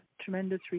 tremendous